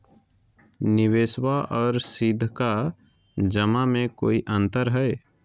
निबेसबा आर सीधका जमा मे कोइ अंतर हय?